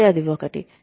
కాబట్టి అది ఒకటి